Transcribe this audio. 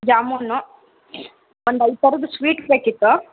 ಜಾಮೂನು ಒಂದು ಐದು ಥರದ್ದು ಸ್ವೀಟ್ ಬೇಕಿತ್ತು